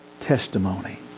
testimony